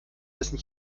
dessen